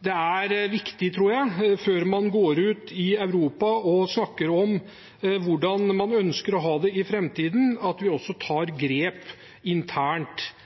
Det er viktig, tror jeg, før man går ut i Europa og snakker om hvordan man ønsker å ha det i framtiden, at vi også tar grep internt